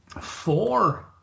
Four